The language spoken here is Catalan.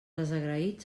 desagraïts